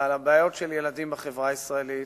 ועל הבעיות של ילדים בחברה הישראלית.